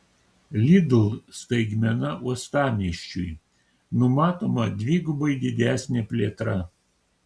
lidl staigmena uostamiesčiui numatoma dvigubai didesnė plėtra